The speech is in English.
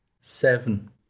seven